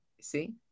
see